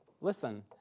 Listen